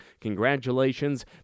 congratulations